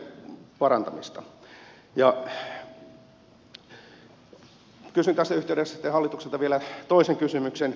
kysyn tässä yhteydessä hallitukselta vielä toisen kysymyksen